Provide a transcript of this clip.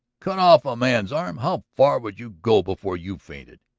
cut off a man's arm. how far would you go before you fainted?